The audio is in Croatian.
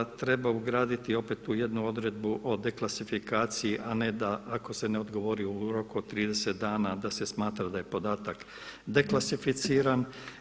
Treba ugraditi opet tu jednu odredbu o deklasifikaciji a ne da ako se ne odgovoru u roku od 30 dana da se smatra da je podatak deklasificiran.